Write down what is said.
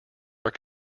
are